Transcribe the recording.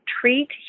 treat